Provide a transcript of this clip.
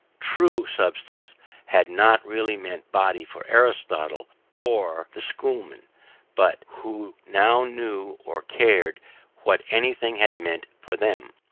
true, substance had not really meant body for aristotle or the schoolmen but who now knew or cared what anything had meant for them?